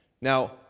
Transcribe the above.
Now